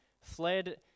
fled